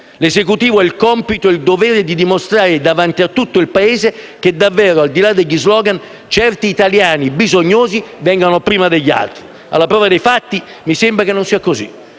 L'Esecutivo ha il compito e il dovere di dimostrare davanti a tutto il Paese che davvero, al di là degli *slogan*, certi italiani bisognosi vengono prima degli altri. Alla prova dei fatti, mi sembra che non sia così;